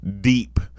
deep